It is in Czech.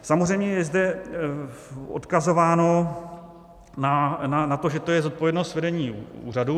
Samozřejmě je zde odkazováno na to, že to je zodpovědnost vedení úřadu.